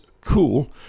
cool